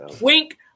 wink